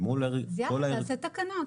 תעשה תקנה.